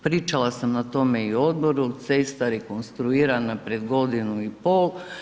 Pričala sam o tome i na odboru, cesta rekonstruirana prije godinu i pol.